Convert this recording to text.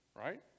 right